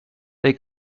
they